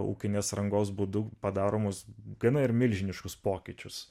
ūkinės rangos būdu padaromus gana ir milžiniškus pokyčius